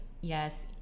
yes